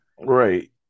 Right